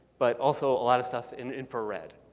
but also a lot of stuff in infrared.